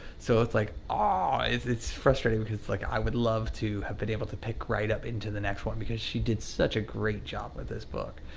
so, it's like ah groans, it's frustrating because it's like, i would love to have been able to pick right up into the next one because she did such a great job with this book.